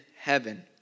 heaven